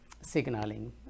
signaling